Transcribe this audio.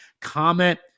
comment